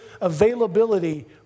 availability